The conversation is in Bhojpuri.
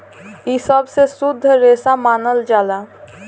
इ सबसे शुद्ध रेसा मानल जाला